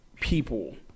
people